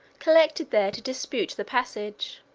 collected there to dispute the passage.